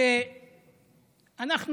שאנחנו